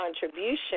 contribution